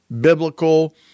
biblical